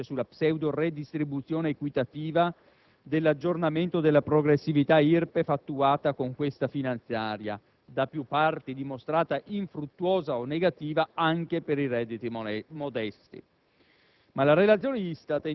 Mettiamo una pietosa croce sulla pseudoredistribuzione equitativa dell'aggiornamento della progressività IRPEF attuata con questa finanziaria, da più parti dimostrata infruttuosa o negativa anche per i redditi modesti.